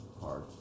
hard